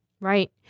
Right